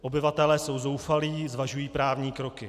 Obyvatelé jsou zoufalí, zvažují právní kroky.